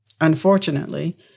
Unfortunately